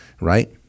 right